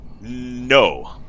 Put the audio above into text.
No